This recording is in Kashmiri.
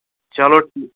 چلو